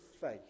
faith